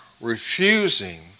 refusing